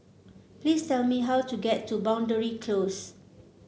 please tell me how to get to Boundary Close